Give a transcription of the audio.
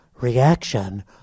reaction